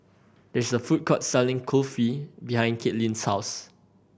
there is a food court selling Kulfi behind Caitlynn's house